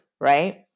right